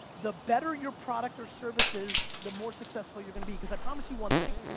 the better your product or service is, the more successful you're gonna be cause i promise you one thing,